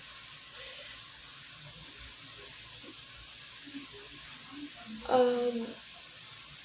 um